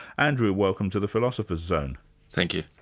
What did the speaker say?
andrew, welcome to the philosopher's zone. thank you.